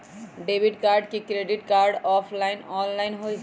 Debit card credit card offline online होई?